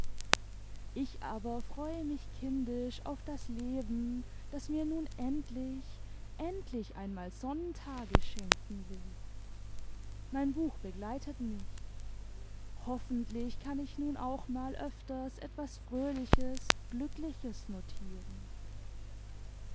ich aber freue mich kindisch auf das leben das mir nun endlich endlich einmal sonnentage schenken will mein buch begleitet mich hoffentlich kann ich nun auch mal öfters etwas fröhliches glückliches notieren